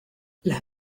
las